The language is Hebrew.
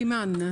אימאן.